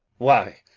why,